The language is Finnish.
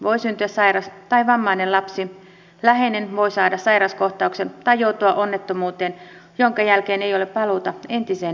voi syntyä sairas tai vammainen lapsi tai läheinen voi saada sairaskohtauksen tai joutua onnettomuuteen jonka jälkeen ei ole paluuta entiseen elämäntapaan